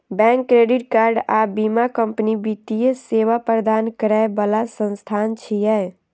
bank, credit card आ बीमा company वित्तीय सेवा प्रदान करै बला संस्थान छियै